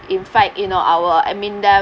in fact you know our I mean that